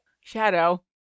Shadow